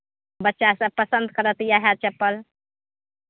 बच्चासभ पसन्द करत इएह चप्पल